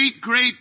great